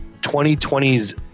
2020's